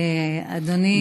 אדוני השר.